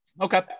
Okay